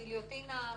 הגיליוטינה בסדר.